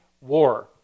war